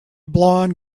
blond